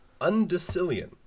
Undecillion